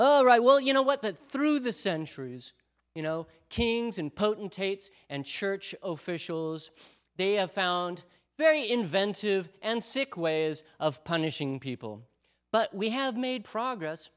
all right well you know what that through the centuries you know kings and potentates and church officials they have found very inventive and sick ways of punishing people but we have made progress